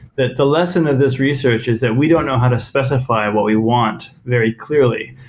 the the lesson of this research is that we don't know how to specify what we want very clearly,